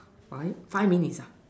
five five minutes ah